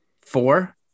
Four